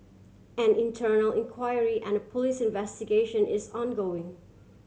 an internal inquiry and police investigation is ongoing